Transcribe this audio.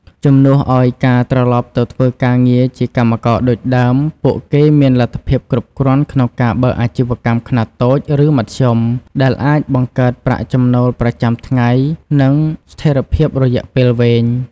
ជំនួសឱ្យការត្រឡប់ទៅធ្វើការងារជាកម្មករដូចដើម ពួកគេមានលទ្ធភាពគ្រប់គ្រាន់ក្នុងការបើកអាជីវកម្មខ្នាតតូច ឬមធ្យម ដែលអាចបង្កើតប្រាក់ចំណូលប្រចាំថ្ងៃ និងស្ថេរភាពរយៈពេលវែង។